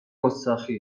گستاخی